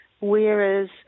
whereas